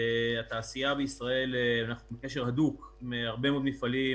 אנחנו בקשר הדוק עם הרבה מאוד מפעלים,